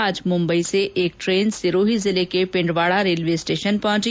आज मुम्बई से एक ट्रेन सिरोही जिले के पिंडवाडा रेलवे स्टेशन पहंची